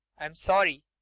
i'm sorry,